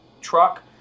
truck